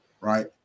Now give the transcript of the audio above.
right